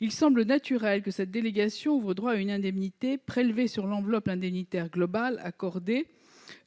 Il semble naturel que cette délégation ouvre droit à une indemnité, prélevée sur l'enveloppe indemnitaire globale accordée,